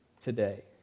today